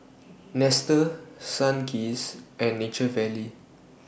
Nestle Sunkist and Nature Valley